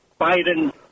Biden